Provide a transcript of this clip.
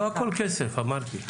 לא הכול כסף, אמרתי.